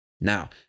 Now